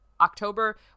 October